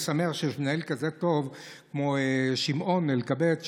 באמת אני שמח שיש מנהל כזה טוב כמו שמעון אלקבץ,